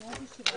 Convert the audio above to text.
הישיבה